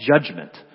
judgment